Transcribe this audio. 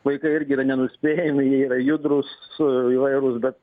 vaikai irgi yra nenuspėjami jie yra judrūs įvairūs bet